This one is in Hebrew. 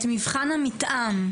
מבחן המתאם,